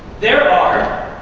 there are